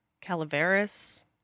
Calaveras